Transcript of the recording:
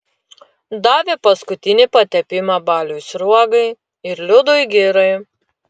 davė paskutinį patepimą baliui sruogai ir liudui girai